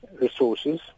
resources